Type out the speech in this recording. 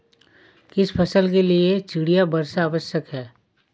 किस फसल के लिए चिड़िया वर्षा आवश्यक है?